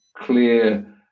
clear